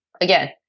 again